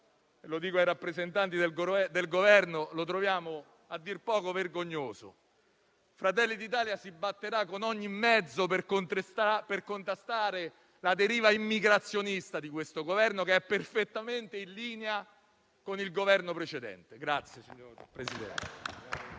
- lo dico ai rappresentanti del Governo - sia a dir poco vergognoso. Fratelli d'Italia si batterà con ogni mezzo per contrastare la deriva immigrazionista di questo Governo, che è perfettamente in linea con il Governo precedente. PRESIDENTE.